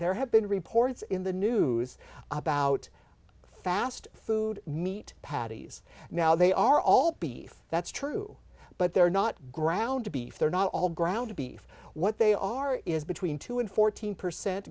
there have been reports in the news about fast food meat patties now they are all beef that's true but they're not ground beef they're not all ground beef what they are is between two and fourteen percent